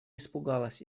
испугалась